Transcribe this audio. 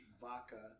vodka